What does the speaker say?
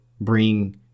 bring